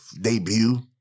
debut